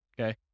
okay